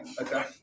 Okay